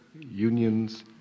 unions